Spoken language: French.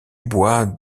bois